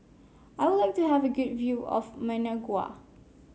I would like to have a good view of Managua